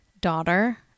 daughter